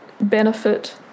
benefit